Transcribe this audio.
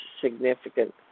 significant